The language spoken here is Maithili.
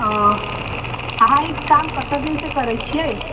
ओ अहाँ ई काम कतेक दिनसँ करैत छियै